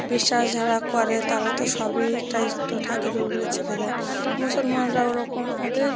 বিশ্বাস যারা করে তারা তো সবটাই তো ঠাকুরের উপরে ছেড়ে দেয় মুসলমানরা ওরকম ওদের